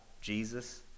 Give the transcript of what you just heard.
Jesus